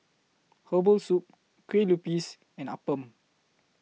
Herbal Soup Kueh Lupis and Appam